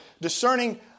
discerning